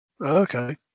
Okay